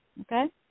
Okay